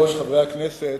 אדוני היושב-ראש, חברי הכנסת,